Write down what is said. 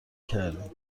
کردیم